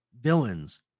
villains